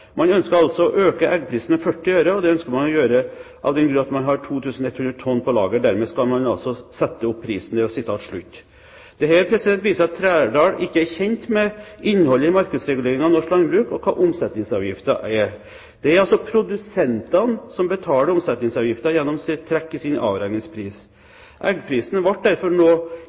Man ønsker altså å øke eggprisen med 40 øre, og det ønsker man å gjøre av den grunn at man har 2 100 tonn på lager – dermed skal man altså sette opp prisen.» Dette viser at Trældal ikke er kjent med innholdet i markedsreguleringen i norsk landbruk og hva omsetningsavgifter er. Det er altså produsentene som betaler omsetningsavgiften gjennom trekk i sin avregningspris. Eggprisen ble derfor